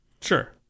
Sure